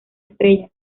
estrella